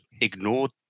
ignored